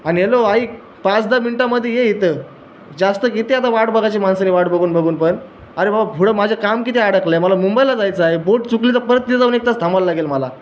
आणि हेलो ऐक पाच दहा मिनिटांमध्ये ये इथं जास्त किती आता वाट बघायची माणसाने वाट बघून बघून पण अरे बाबा पुढं माझे काम किती अडकलं आहे मला मुंबईला जायचं आहे बोट चुकली तर परत तिथं जाऊन एक तास थांबायला लागेल मला